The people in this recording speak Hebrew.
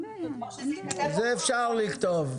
את זה אפשר לכתוב.